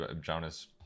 Jonas